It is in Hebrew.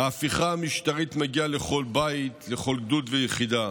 ההפיכה המשטרית מגיעה לכל בית, לכל גדוד ויחידה,